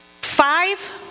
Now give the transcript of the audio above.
five